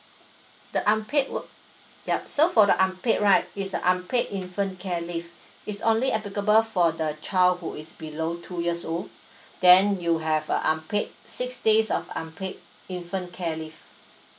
the unpaid wor~ yup so for the unpaid right it's unpaid infant care leave it's only applicable for the child who is below two years old then you have uh unpaid six days of unpaid infant care leave